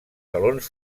salons